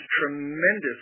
tremendous